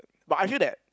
but I feel that